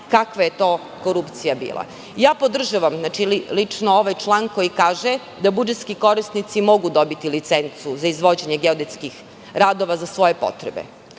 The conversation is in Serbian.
kakva je to korupcija bila. Podržavam lično ovaj član koji kaže da budžetski korisnici mogu dobiti licencu za izvođenje geodetskih radova za svoje potrebe.